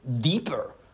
deeper